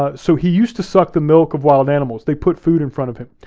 ah so he used to suck the milk of wild animals. they put food in front of him.